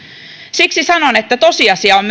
siksi sanon että tosiasia on